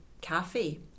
cafe